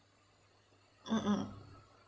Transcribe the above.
mm mm